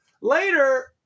later